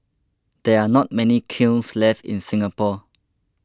there are not many kilns left in Singapore